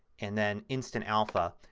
and then instant alpha.